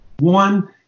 One